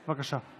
בבקשה.